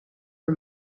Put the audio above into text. for